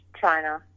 China